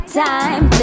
time